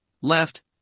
left